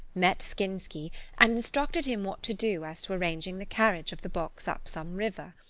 met skinsky and instructed him what to do as to arranging the carriage of the box up some river.